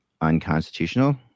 unconstitutional